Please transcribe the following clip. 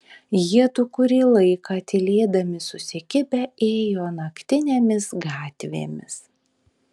jiedu kurį laiką tylėdami susikibę ėjo naktinėmis gatvėmis